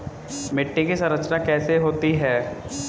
मिट्टी की संरचना कैसे होती है?